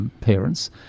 parents